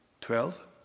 Twelve